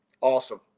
Awesome